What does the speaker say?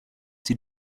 die